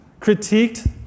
critiqued